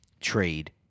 trade